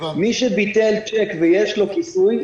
מי שביטל צ'ק ויש לו כיסוי,